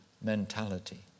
mentality